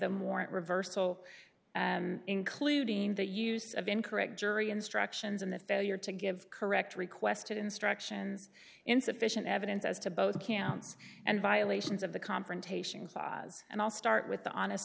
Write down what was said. them warrant reversal including the use of incorrect jury instructions and the failure to give correct requested instructions insufficient evidence as to both camps and violations of the confrontation clause and i'll start with the honest